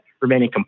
remaining